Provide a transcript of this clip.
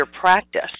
practice